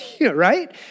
Right